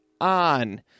on